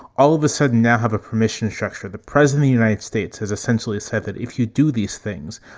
all of a sudden now have a commission structure. the president, the united states has essentially said that if you do these things,